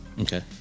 okay